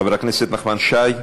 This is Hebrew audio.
חבר הכנסת נחמן שי.